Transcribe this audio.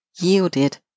yielded